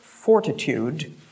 fortitude